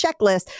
checklist